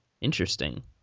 interesting